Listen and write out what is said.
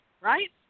right